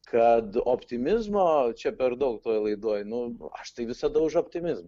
kad optimizmo čia per daug toje laidoj nu aš tai visada už optimizmą